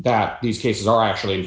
that these cases are actually